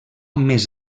més